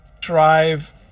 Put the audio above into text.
drive